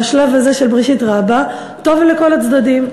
בשלב הזה של בראשית רבה, טוב לכל הצדדים.